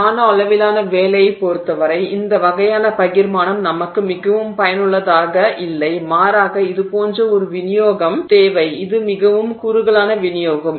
நானோ அளவிலான வேலையைப் பொறுத்தவரை இந்த வகையான பகிர்மானம் நமக்கு மிகவும் பயனுள்ளதாக இல்லை மாறாக இதுபோன்ற ஒரு விநியோகம் தேவை இது மிகவும் குறுகலான விநியோகம்